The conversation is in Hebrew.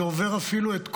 זה עובר אפילו את כל,